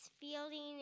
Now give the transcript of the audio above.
Fielding